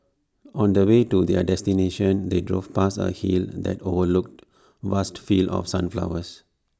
on the way to their destination they drove past A hill that overlooked vast fields of sunflowers